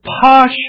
posh